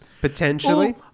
Potentially